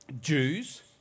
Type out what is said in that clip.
Jews